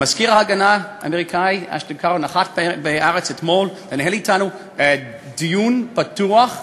מזכיר ההגנה האמריקני אשטון קרטר נחת אתמול בארץ ומנהל אתנו דיון פתוח,